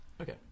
Okay